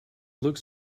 looked